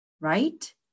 Right